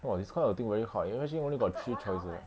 !wah! this kind of thing very hard imagine only got three choices